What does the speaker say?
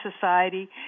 Society